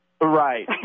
Right